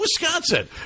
Wisconsin